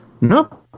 No